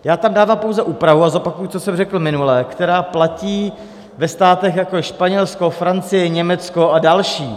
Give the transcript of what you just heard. Já tam dávám pouze úpravu a zopakuji, co jsem řekl minule která platí ve státech, jako je Španělsko, Francie, Německo a další.